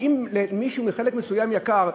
אם למישהו מחלק מסוים יקר,